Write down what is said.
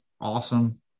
awesome